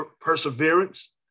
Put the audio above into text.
perseverance